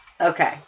Okay